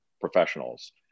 professionals